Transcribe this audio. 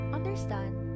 Understand